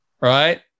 right